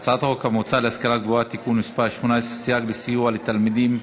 הצעת חוק המועצה להשכלה גבוהה (תיקון מס' 18) (סייג לסיוע לתלמידים),